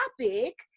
topic